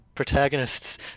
protagonists